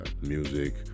music